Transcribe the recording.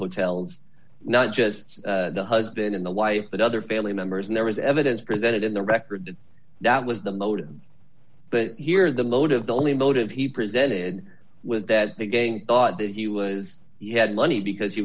hotels not just the husband and the wife but other family members and there was evidence presented in the record that that was the motive but here the motive the only motive he presented was that again thought that he was he had money because he